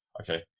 okay